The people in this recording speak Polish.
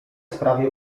sprawie